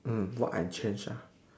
mm what I change ah